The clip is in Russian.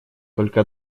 только